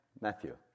Matthew